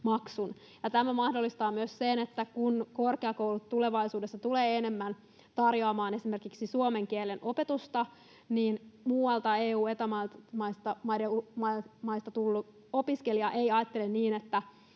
Tämä mahdollistaa myös sen, että kun korkeakoulut tulevaisuudessa tulevat tarjoamaan enemmän esimerkiksi suomen kielen opetusta, niin muualta EU- tai Eta-maasta tullut opiskelija ei ajattele, että